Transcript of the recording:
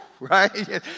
Right